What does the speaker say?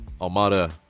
Almada